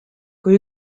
kui